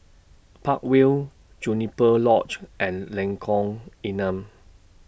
Park Vale Juniper Lodge and Lengkong Enam